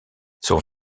son